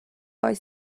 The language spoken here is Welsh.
oes